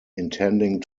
intending